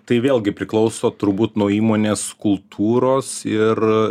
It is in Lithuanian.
tai vėlgi priklauso turbūt nuo įmonės kultūros ir